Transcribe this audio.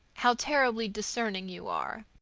how terribly discerning you are.